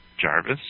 Jarvis